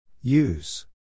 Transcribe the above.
use